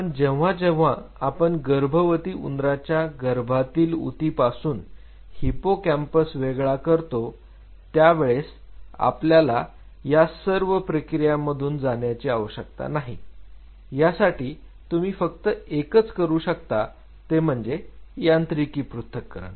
पण जेव्हा केव्हा आपण गर्भवती उंदराच्या गर्भातील ऊतीपासून हिप्पोकॅम्पस वेगळा करतो त्यावेळेस आपल्याला या सर्व प्रक्रियांमधून जाण्याची आवश्यकता नाही यासाठी तुम्ही फक्त एकच करू शकता ते म्हणजे यांत्रिकी पृथक्करण